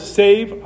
save